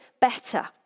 better